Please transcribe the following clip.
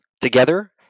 Together